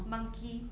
monkey